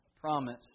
promise